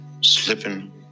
slipping